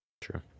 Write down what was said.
true